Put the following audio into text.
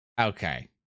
Okay